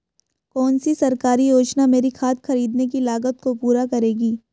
कौन सी सरकारी योजना मेरी खाद खरीदने की लागत को पूरा करेगी?